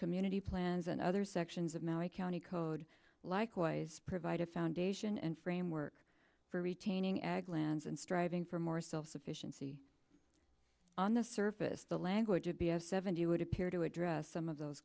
community plans and other sections of my county code likewise provide a foundation and framework for retaining ag lands and striving for more self sufficiency on the surface the language would be of seventy would appear to address some of those